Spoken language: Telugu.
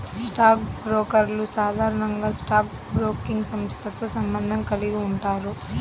స్టాక్ బ్రోకర్లు సాధారణంగా స్టాక్ బ్రోకింగ్ సంస్థతో సంబంధం కలిగి ఉంటారు